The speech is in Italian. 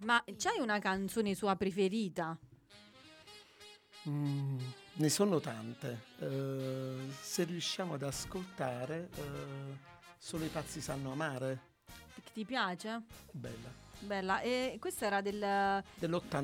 Ma, eh, c'hai una canzone sua preferita? Mm, ne sono tante. Eh, se riusciamo ad ascoltare, eh, Solo i pazzi sanno amare. Ti piace? Bella. Bella. E questa era del- Dell'ottanta-